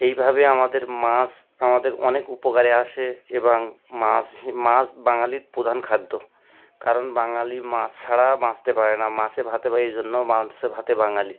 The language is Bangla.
এইভাবে আমাদের মাছ আমাদের অনেক উপকারে আসে এবং মাছ মাছ বাঙালির প্রধান খাদ্য কারণ বাঙালি মাছ ছাড়া বাঁচতে পারে না মাছে ভাতে এই জন্য মাছে ভাতে বাঙালি